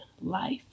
life